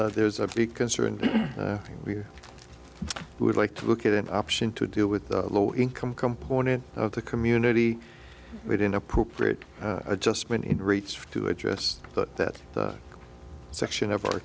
that there's a big concern and we would like to look at an option to deal with the low income component of the community but in appropriate adjustment in rates to address that section of our